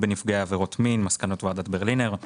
בנפגעי עבירות מין; מסקנות ועדת ברלינר;